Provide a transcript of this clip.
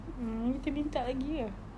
mm yang kita minta lagi ke